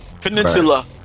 peninsula